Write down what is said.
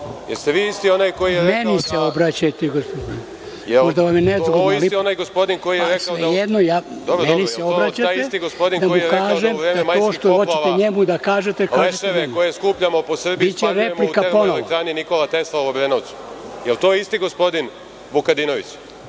li je ovo isti onaj gospodin koji je rekao da u vreme majskih poplava leševe koje skupljamo po Srbiji spaljujemo u Termoelektrani „Nikola Tesla“ u Obrenovcu? Je li to isti gospodin Vukadinović?